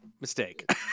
mistake